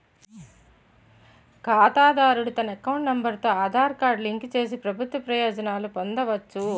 ఖాతాదారుడు తన account number తో ఆధార్ కార్డు లింక్ చేసి ప్రభుత్వ ప్రయోజనాలు పొందవచ్చు